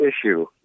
issue